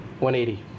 180